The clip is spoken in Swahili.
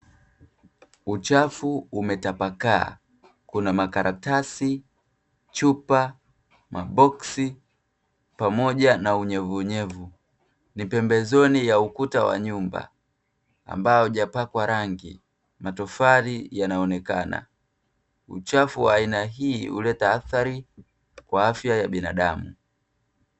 Uchafu umetapakaa; kuna: makaratasi, chupa, maboksi, pamoja na unyevu unyevu. Ni pembezoni mwa ukuta wa nyumba ambao haujapakwa rangi, matofali yanaonekana. Uchafu wa aina hii huleta athari kwa afya ya binadamu.